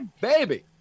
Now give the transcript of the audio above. baby